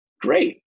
great